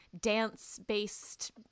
dance-based